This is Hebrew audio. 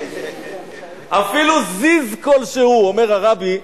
אפילו זיז כלשהו, אומר הרבי,